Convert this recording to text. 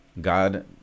God